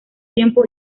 tiempo